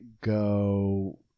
go